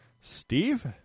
Steve